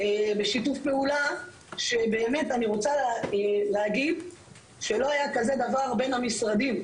בשיתוף פעולה שבאמת אני רוצה להגיד שלא היה כזה דבר בין המשרדים.